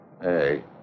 Hey